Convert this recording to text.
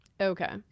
Okay